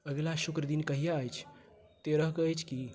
अगिला शुक्र दिन कहिया अछि तेरह के अछि की